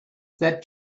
that